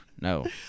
No